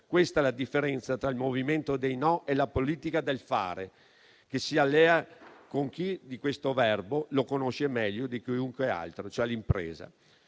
Questa è la differenza tra il movimento dei no e la politica del fare, che si allea con chi questo verbo lo conosce meglio di chiunque altro, cioè l'impresa.